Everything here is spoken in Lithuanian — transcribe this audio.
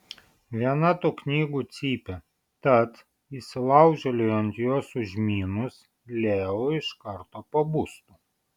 viena tų knygų cypia tad įsilaužėliui ant jos užmynus leo iš karto pabustų